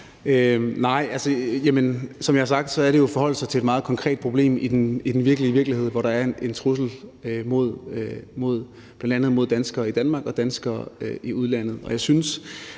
Nej, altså, som jeg har sagt, handler det jo om at forholde sig til et meget konkret problem i den virkelige virkelighed, hvor der er en trussel bl.a. mod danskere i Danmark og danskere i udlandet. Jeg synes,